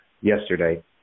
yesterday